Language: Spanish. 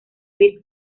gris